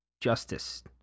justice